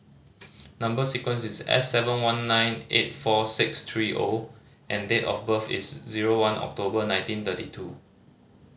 number sequence is S seven one nine eight four six three O and date of birth is zero one October nineteen thirty two